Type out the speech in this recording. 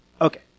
Okay